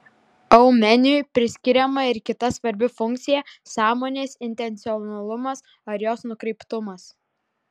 aumeniui priskiriama ir kita svarbi funkcija sąmonės intencionalumas ar jos nukreiptumas